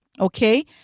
Okay